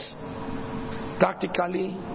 Tactically